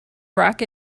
rock